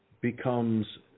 becomes